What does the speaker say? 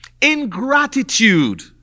Ingratitude